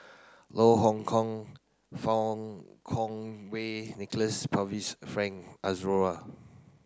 Loh Hoong Kwan Fang Kwan Wei Nicholas Frank